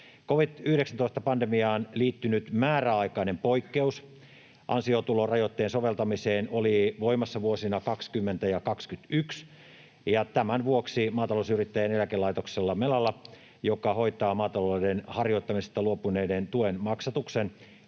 Covid-19-pandemiaan liittynyt määräaikainen poikkeus ansiotulorajoitteen soveltamiseen oli voimassa vuosina 20 ja 21, ja tämän vuoksi Maatalousyrittäjien eläkelaitoksella Melalla, joka hoitaa maatalouden harjoittamisesta luopuneiden tuen maksatuksen,